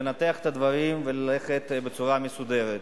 לנתח את הדברים וללכת בצורה מסודרת.